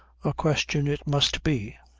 a question it must be.